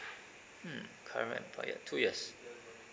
mm current employer two years